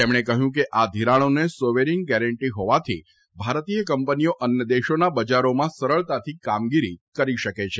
તેમણે કહ્યું કે આ ધિરાણોને સોવેરીન ગેરેંટી હોવાથી ભારતીય કંપનીઓ અન્ય દેશોના બજારોમાં સરળતાથી કામગીરી કરી શકે છે